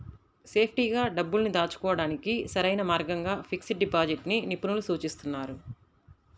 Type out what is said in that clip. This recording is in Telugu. సేఫ్టీగా డబ్బుల్ని దాచుకోడానికి సరైన మార్గంగా ఫిక్స్డ్ డిపాజిట్ ని నిపుణులు సూచిస్తున్నారు